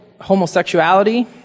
homosexuality